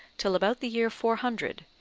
till about the year four hundred,